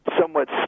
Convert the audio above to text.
somewhat